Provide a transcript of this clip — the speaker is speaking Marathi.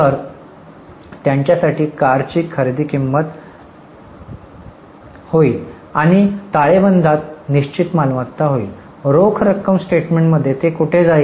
तर त्यांच्यासाठी कारची खरेदी कमी होईल आणि ताळेबंदात निश्चित मालमत्ता होईल रोख प्रवाह स्टेटमेंटमध्ये ते कुठे जाईल